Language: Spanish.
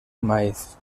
maíz